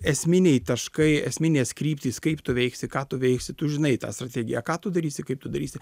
esminiai taškai esminės kryptys kaip tu veiksi ką tu veiksi tu žinai tą strategiją ką tu darysi kaip tu darysi